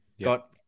got